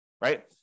right